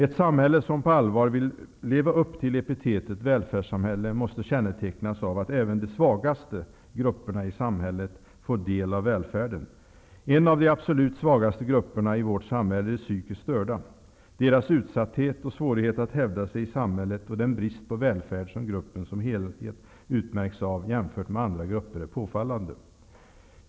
Ett samhälle som på allvar vill leva upp till epitetet välfärdssamhälle måste kännetecknas av att även de svagaste grupperna i samhället får del av välfärden. En av de absolut svagaste grupperna i vårt samhälle är de psykiskt störda. Deras utsatthet och svårighet att hävda sig i samhället och den brist på välfärd som gruppen som helhet utmärks av -- jämfört med andra grupper -- är påfallande.